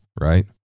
right